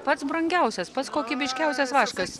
pats brangiausias pats kokybiškiausias vaškas